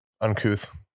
Uncouth